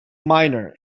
minor